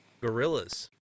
gorillas